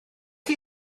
chi